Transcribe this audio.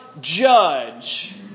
judge